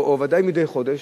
או ודאי מדי חודש,